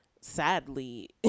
Sadly